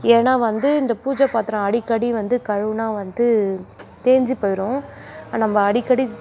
ஏன்னால் வந்து இந்த பூஜை பாத்திரம் அடிக்கடி வந்து கழுவினா வந்து தேஞ்சு போயிடும் நம்ம அடிக்கடி